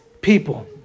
people